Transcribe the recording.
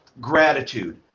gratitude